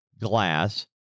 glass